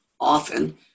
often